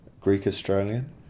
Greek-Australian